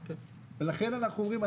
לכן אנחנו אומרים,